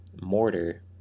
mortar